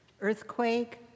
earthquake